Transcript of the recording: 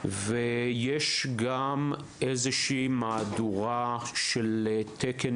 יש גם איזו שהיא מהדורה אירופאית של תקן חלק 7,